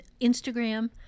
instagram